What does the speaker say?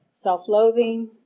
self-loathing